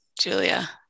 Julia